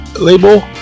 label